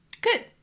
Good